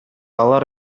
алар